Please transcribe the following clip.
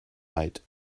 night